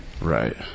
right